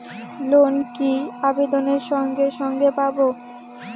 Loan কি আবেদনের সঙ্গে সঙ্গে পাব?